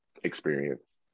experience